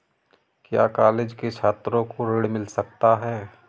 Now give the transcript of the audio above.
क्या कॉलेज के छात्रो को ऋण मिल सकता है?